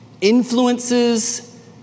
influences